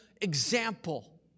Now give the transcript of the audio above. example